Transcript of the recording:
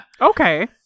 okay